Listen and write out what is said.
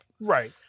Right